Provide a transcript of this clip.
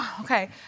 Okay